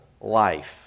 life